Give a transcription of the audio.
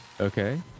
Okay